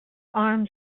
arm